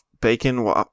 bacon